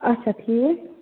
اچھا ٹھیٖک